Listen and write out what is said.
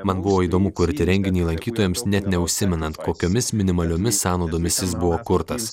man buvo įdomu kurti renginį lankytojams net neužsimenant kokiomis minimaliomis sąnaudomis jis buvo kurtas